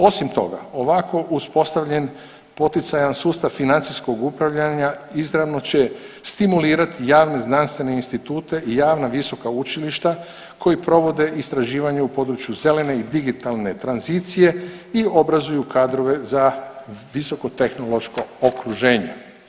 Osim toga ovako uspostavljen poticajan sustav financijskog upravljanja izravno će stimulirati javne znanstvene institute i javna visoka učilišta koji provode istraživanje u području zelene i digitalne tranzicije i obrazuju kadrove za visoko tehnološko okruženje.